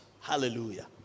Hallelujah